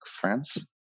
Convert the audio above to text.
france